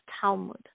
Talmud